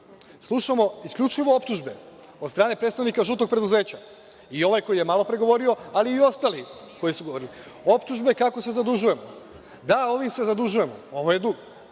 slušamo isključivo optužbe od strane predstavnika „žutog preduzeća“, i ovaj koji je malopre govorio, ali i ostali koji su govorili, optužbe kako se zadužujemo. Da, ovim se zadužujemo, ovo je dug,